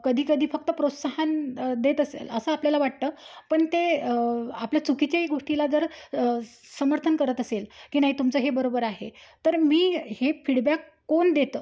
कधीकधी फक्त प्रोत्साहन देत असेल असं आपल्याला वाटतं पण ते आपल्या चुकीच्या गोष्टीला जर समर्थन करत असेल की नाही तुमचं हे बरोबर आहे तर मी हे फीडबॅक कोण देतं